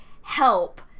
help